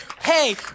Hey